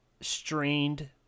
strained